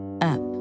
up